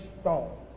stone